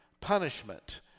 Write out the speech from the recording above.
punishment